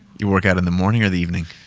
you workout in the morning or the evening?